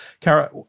Kara